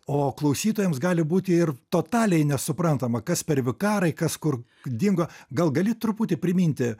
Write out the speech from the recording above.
o klausytojams gali būti ir totaliai nesuprantama kas per vikarai kas kur dingo gal gali truputį priminti